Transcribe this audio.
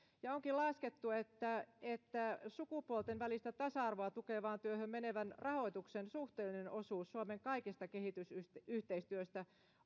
onkin laskettu että että sukupuolten välistä tasa arvoa tukevaan työhön menevän rahoituksen suhteellinen osuus suomen kaikesta kehitysyhteistyöstä